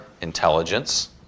intelligence